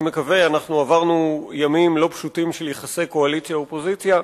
אנחנו עברנו ימים לא פשוטים של יחסי קואליציה אופוזיציה,